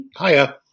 Hiya